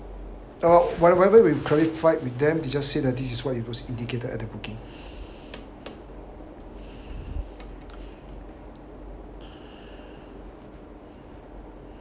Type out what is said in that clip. uh what~ whatever we've clarified with them they just said that this is what was indicated at the booking